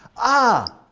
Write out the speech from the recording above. ah!